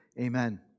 amen